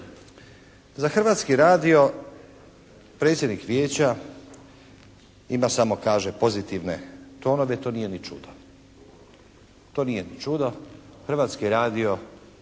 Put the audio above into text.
Za Hrvatski radio, predsjednik Vijeća ima samo kaže pozitivne tonove, to nije ni čudo. To nije čudo. Hrvatski radio